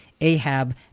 ahab